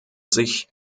sich